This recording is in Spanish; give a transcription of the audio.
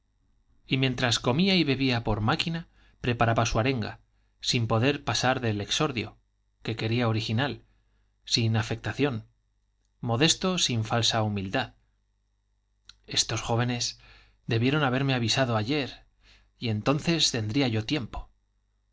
y mientras comía y bebía por máquina preparaba su arenga sin poder pasar del exordio que quería original sin afectación modesto sin falsa humildad estos jóvenes debieron haberme avisado ayer y entonces tendría yo tiempo